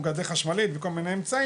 שמו גדר חשמלית עם כל מיני אמצעים,